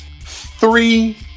Three